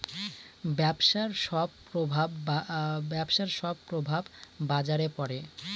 ব্যবসার সব প্রভাব বাজারে পড়ে